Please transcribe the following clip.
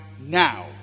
now